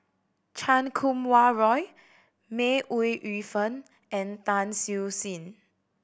Chan Kum Wah Roy May Ooi Yu Fen and Tan Siew Sin